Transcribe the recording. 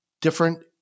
different